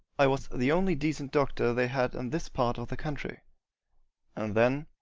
i was the only decent doctor they had in this part of the country and then,